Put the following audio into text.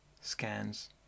scans